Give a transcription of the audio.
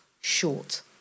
short